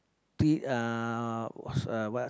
three uh what's what